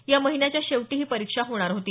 या महिन्याच्या शेवटी ही परीक्षा होणार होती